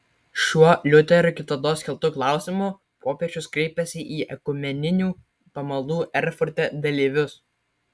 šiuo liuterio kitados keltu klausimu popiežius kreipėsi į ekumeninių pamaldų erfurte dalyvius